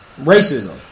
racism